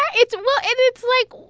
yeah it's well, and it's like,